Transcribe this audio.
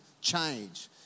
change